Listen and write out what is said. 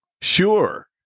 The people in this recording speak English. Sure